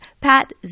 Pat